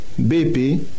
BP